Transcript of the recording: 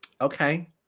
Okay